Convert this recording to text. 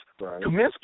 Kaminsky